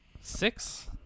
six